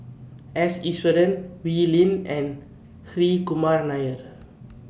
S Iswaran Wee Lin and Hri Kumar Nair